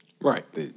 Right